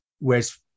Whereas